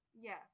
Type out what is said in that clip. Yes